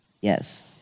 yes